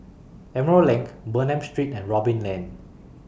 Emerald LINK Bernam Street and Robin Lane